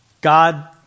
God